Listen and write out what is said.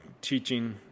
teaching